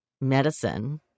medicine